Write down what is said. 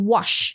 Wash